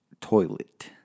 Toilet